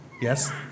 Yes